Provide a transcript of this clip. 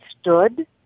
stood